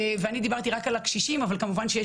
ואני דיברתי רק על הקשישים אבל כמובן שיש